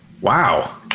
Wow